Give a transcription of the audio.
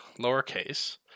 lowercase